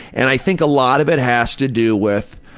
and i think a lot of it has to do with,